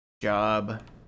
job